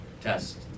test